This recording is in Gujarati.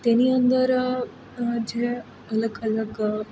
તેની અંદર જે અલગ અલગ